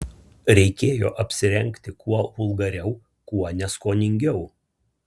reikėjo apsirengti kuo vulgariau kuo neskoningiau